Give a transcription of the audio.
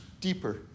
deeper